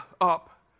up